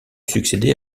succéder